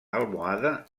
almohade